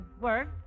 work